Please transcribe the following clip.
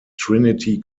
trinity